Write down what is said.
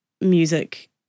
music